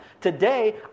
Today